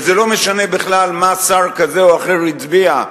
וזה לא משנה בכלל מה שר כזה או אחר הצביע,